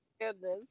goodness